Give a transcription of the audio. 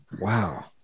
Wow